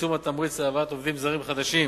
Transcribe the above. צמצום התמריץ להבאת עובדים זרים חדשים